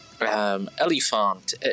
Elephant